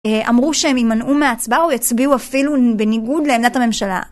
אמרו שהם יימנעו מהצבעה או יצביעו אפילו בניגוד לעמדת הממשלה.